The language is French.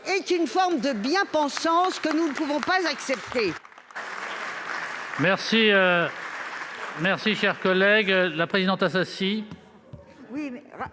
est une forme de bien-pensance que nous ne pouvons pas accepter